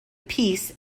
piece